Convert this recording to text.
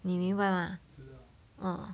你明白吗 orh